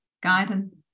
guidance